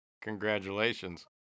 Congratulations